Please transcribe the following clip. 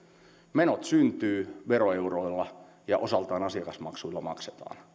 menot syntyvät veroeuroilla ja osaltaan asiakasmaksuilla maksetaan